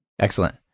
Excellent